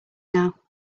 now